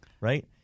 right